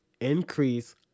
increase